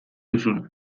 duzuna